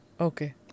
Okay